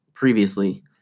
Previously